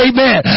Amen